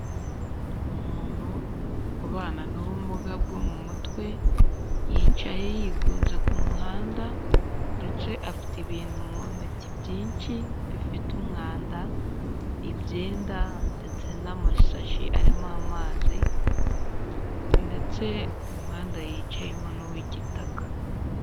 Umuntu ubana n'ubumuga bwo mu mutwe, yicaye yigunze ku muhanda ndetse afite ibintu mu ntoki byinshi bifite umwanda, ibyenda ndetse n'amashashi arimo amazi ndetse umuhanda yicayemo n'uw'igitaka.